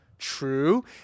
True